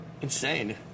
Insane